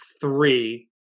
three